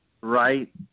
right